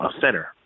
center